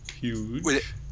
huge